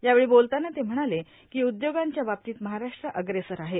यावेळी बोलताना ते म्हणाले कि उदयोगांच्या बाबतीत महाराष्ट्र अग्रेसर आहे